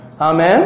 Amen